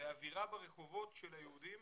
ואווירה ברחובות שליהודים